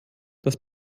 das